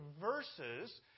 verses